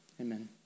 Amen